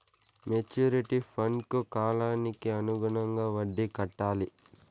maturity ఫండ్కు కాలానికి అనుగుణంగా వడ్డీ కట్టాలి